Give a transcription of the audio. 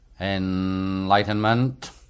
Enlightenment